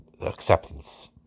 acceptance